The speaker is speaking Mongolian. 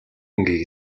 мөнгийг